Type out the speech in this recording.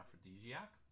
aphrodisiac